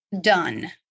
done